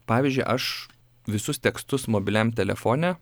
pavyzdžiui aš visus tekstus mobiliam telefone